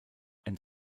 and